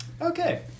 Okay